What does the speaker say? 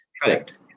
correct